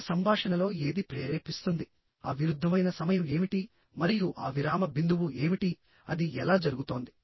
ఒక సంభాషణలో ఏది ప్రేరేపిస్తుంది ఆ విరుద్ధమైన సమయం ఏమిటి మరియు ఆ విరామ బిందువు ఏమిటి అది ఎలా జరుగుతోంది